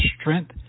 strength